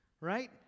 Right